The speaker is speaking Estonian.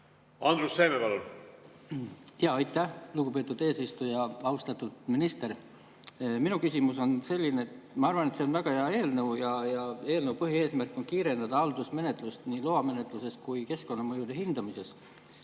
küsimus. Aitäh, lugupeetud eesistuja! Austatud minister! Minu küsimus on selline. Ma arvan, et see on väga hea eelnõu. Eelnõu põhieesmärk on kiirendada haldusmenetlust nii loamenetluses kui ka keskkonnamõjude hindamisel.